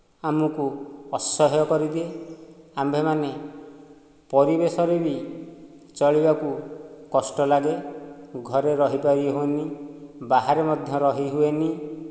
ଆମୁକୁ ଅସହ୍ୟ କରିଦିଏ ଆମ୍ଭେମାନେ ପରିବେଶରେ ବି ଚଳିବାକୁ କଷ୍ଟ ଲାଗେ ଘରେ ରହିପାରି ହେଉନି ବାହାରେ ମଧ୍ୟ ରହି ହୁଏନି